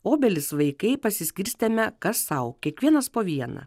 obelis vaikai pasiskirstėme kas sau kiekvienas po vieną